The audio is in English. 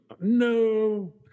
No